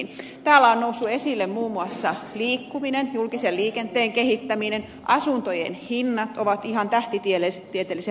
täällä on noussut esille muun muassa liikkuminen julkisen liikenteen kehittäminen ja asuntojen hinnat ovat ihan tähtitieteellisiä pääkaupunkiseudulla